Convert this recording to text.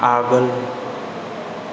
आगोल